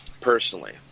personally